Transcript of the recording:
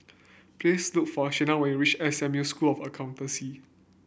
please look for Shena when you reach S M U School of Accountancy